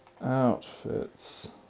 Outfits